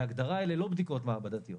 בהגדרה אלה לא בדיקות מעבדתיות